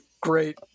great